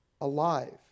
alive